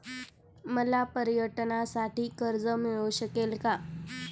मला पर्यटनासाठी कर्ज मिळू शकेल का?